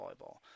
volleyball